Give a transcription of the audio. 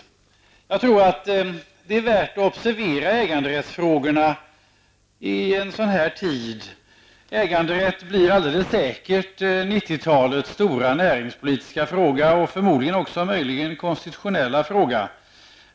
Jag tror det är värt att observera äganderättsfrågorna i en tid som denna. Äganderätten blir alldeles säkert 90-talets stora näringspolitiska och möjligen också konstitutionella fråga.